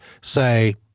say